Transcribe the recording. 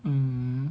mm